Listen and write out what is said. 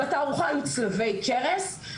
בתערוכה היו צלבי קרס,